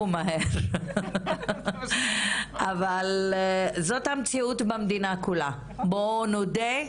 אבל זאת המציאות במדינה כולה, בואו נודה,